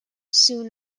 soon